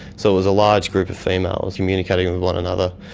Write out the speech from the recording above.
so it was a large group of females communicating with one another.